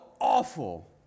awful